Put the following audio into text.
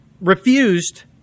refused